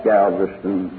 Galveston